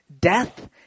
death